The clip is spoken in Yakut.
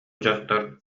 дьахтар